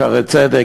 "שערי צדק",